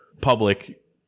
public